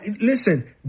Listen